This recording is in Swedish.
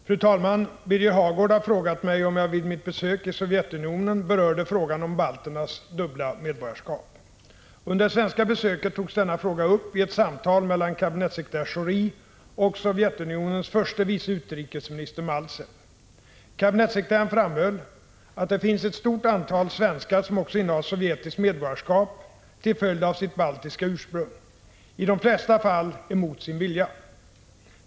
Fru talman! Birger Hagård har frågat mig om jag vid mitt besök i Sovjetunionen berörde frågan om balternas dubbla medborgarskap. Under det svenska besöket togs denna fråga upp i ett samtal mellan kabinettssekreterare Schori och Sovjetunionens förste vice utrikesminister Maltsev. Kabinettssekreteraren framhöll att det finns ett stort antal svenskar som också innehar sovjetiskt medborgarskap till följd av sitt baltiska ursprung, i de flesta fall emot sin vilja.